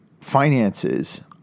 finances